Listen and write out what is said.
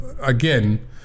again